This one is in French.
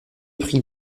pris